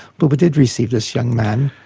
buber did receive this young man,